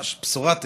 ממש בשורת איוב,